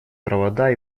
провода